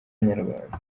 nyarwanda